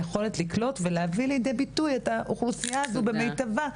היכולת לקלוט ולהביא לידי ביטוי את האוכלוסייה הזו במיטבה.